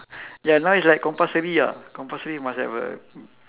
ya now it's like compulsory ah compulsory must have a